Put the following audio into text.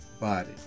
body